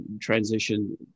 transition